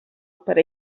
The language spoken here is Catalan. per